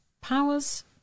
Powers